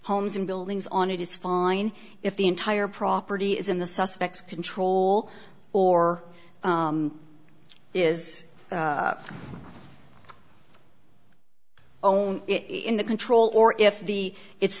homes and buildings on it is fine if the entire property is in the suspects control or is own it in the control or if the it's